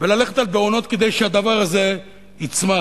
וללכת על בהונות כדי שהדבר הזה יצמח,